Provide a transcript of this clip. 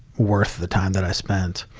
worth the time that i spent.